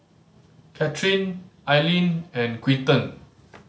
Cathryn Alleen and Quinton